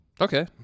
Okay